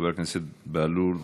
חבר הכנסת בהלול,